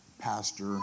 pastor